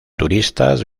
turistas